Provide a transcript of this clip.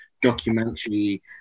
documentary